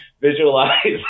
visualize